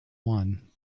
one